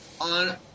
on